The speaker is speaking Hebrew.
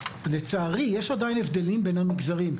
לצערי יש עדיין הבדלים בין המגזרים,